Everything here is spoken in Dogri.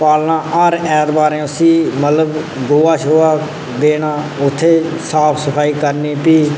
पालना हर ऐतबारें उसी मतलब गोहा सोहा देना साफ सफाई करनी